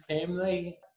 family